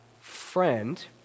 friend